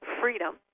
Freedom